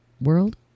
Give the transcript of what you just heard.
World